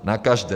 Na každém.